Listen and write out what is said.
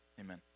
Amen